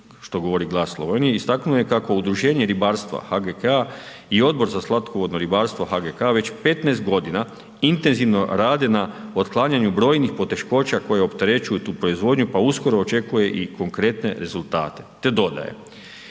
se ne razumije./... istaknuo je kako udruženje ribarstva HGK-a i Odbor za slatkovodno ribarstvo HGK već 15 godina intenzivno radi na otklanjanju brojnih poteškoća koje opterećuju tu proizvodnju pa uskoro očekuje i konkretne rezultate te dodaje.